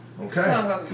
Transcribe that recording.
Okay